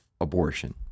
abortion